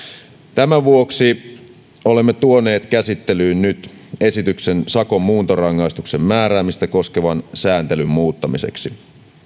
tämän vuoksi olemme nyt tuoneet käsittelyyn esityksen sakon muuntorangaistuksen määräämistä koskevan sääntelyn muuttamiseksi